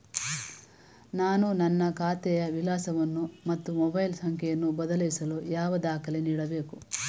ನಾನು ನನ್ನ ಖಾತೆಯ ವಿಳಾಸವನ್ನು ಮತ್ತು ಮೊಬೈಲ್ ಸಂಖ್ಯೆಯನ್ನು ಬದಲಾಯಿಸಲು ಯಾವ ದಾಖಲೆ ನೀಡಬೇಕು?